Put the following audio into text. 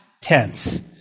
tense